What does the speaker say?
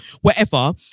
wherever